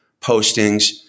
postings